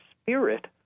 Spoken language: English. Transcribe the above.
spirit